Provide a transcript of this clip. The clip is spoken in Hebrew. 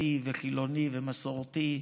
דתי וחילוני ומסורתי,